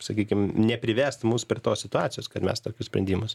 sakykime neprivesti mus prie tos situacijos kad mes tokius sprendimus